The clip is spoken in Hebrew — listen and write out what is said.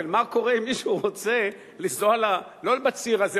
אבל מה קורה אם מישהו רוצה לנסוע לא בציר הזה,